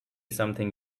something